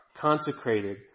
consecrated